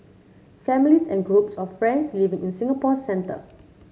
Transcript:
families and groups of friends living in Singapore centre